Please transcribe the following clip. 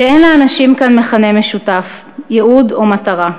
שאין לאנשים כאן מכנה משותף, ייעוד או מטרה.